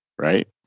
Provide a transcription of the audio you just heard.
right